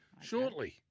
Shortly